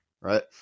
right